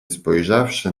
spojrzawszy